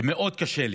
זה מאוד קשה לי,